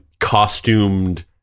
Costumed